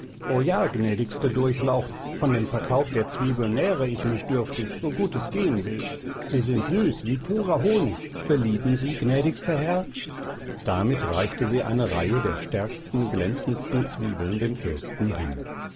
o ja gnädigste durchlaucht von dem verkauf der zwiebeln nähre ich mich dürftig so gut es gehn will sie sind süß wie purer honig belieben sie gnädigster herr damit reichte sie eine reihe der stärksten glänzendsten zwiebeln dem fürsten hin